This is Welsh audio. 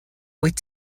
wyt